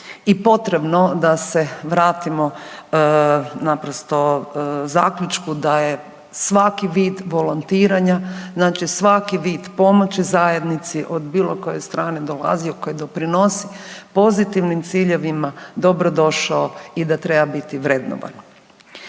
i potrebno da se vratimo naprosto zaključku da je svaki vid volontiranja, znači svaki vid pomoći zajednici od bilo koje strane dolazio koji doprinosi pozitivnim ciljevima dobro došao i da treba biti vrednovan.